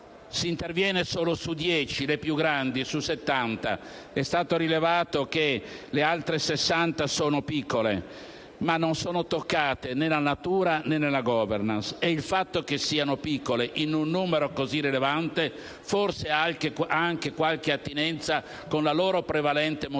Si interviene solo su 10, le più grandi, su 70. È stato rilevato che le altre 60 banche sono piccole, ma non sono toccate né nella natura, né nella *governance* e il fatto che siano piccole in un numero così rilevante, forse ha anche qualche attinenza con la loro prevalente mutualità